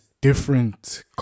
different